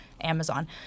Amazon